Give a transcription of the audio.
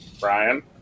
Brian